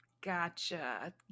Gotcha